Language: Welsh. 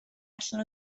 allan